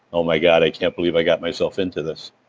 oh my god. i can't believe i got myself into this.